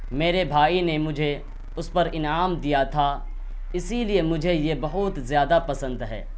میرے بھائی نے مجھے اس پر انعام دیا تھا اسی لیے مجھے یہ بہت زیادہ پسند ہے